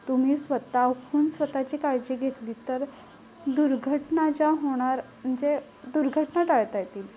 तुम्ही स्वतःहून स्वतःची काळजी घेतली तर दुर्घटना ज्या होणार म्हणजे दुर्घटना टाळता येतील